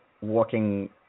walking